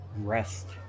rest